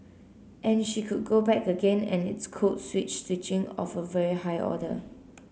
and she could go back again and it's code switch switching of a very high order